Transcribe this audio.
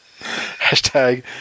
hashtag